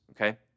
okay